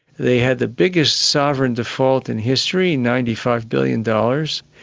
they had the biggest sovereign default in history, ninety five billion dollars,